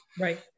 Right